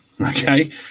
Okay